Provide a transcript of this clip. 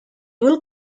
will